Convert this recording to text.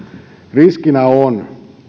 riskinä on